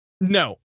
No